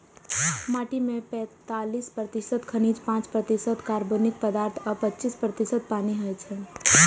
माटि मे पैंतालीस प्रतिशत खनिज, पांच प्रतिशत कार्बनिक पदार्थ आ पच्चीस प्रतिशत पानि होइ छै